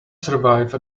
survive